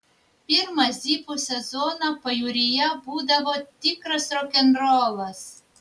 pirmą zipų sezoną pajūryje būdavo tikras rokenrolas